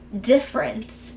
difference